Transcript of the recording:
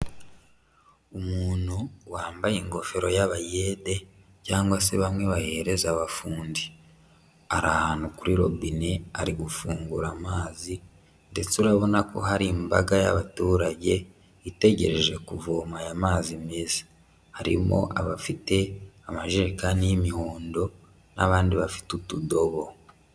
Umuntu wambaye ingofero y'abayede cyangwa se bamwe bahereza abafundi, ari ahantu kuri robine, ari gufungura amazi ndetse urabona ko hari imbaga y'abaturage itegereje kuvoma aya mazi meza, harimo abafite amajerekani y'imihondo n'abandi bafite utudobo.